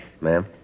Ma'am